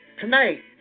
Tonight